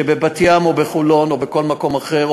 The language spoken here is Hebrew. ובבת-ים או בחולון או בכל מקום אחר,